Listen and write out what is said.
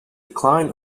decline